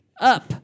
up